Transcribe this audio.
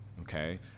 okay